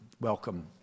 welcome